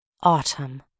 autumn